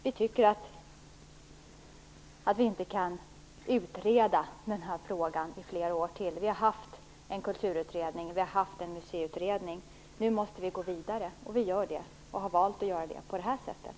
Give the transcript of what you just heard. Vi tycker att vi inte kan utreda den här frågan i flera år till. Vi har haft en kulturutredning och en museiutredning. Nu måste vi gå vidare, och det gör vi - på det här sättet.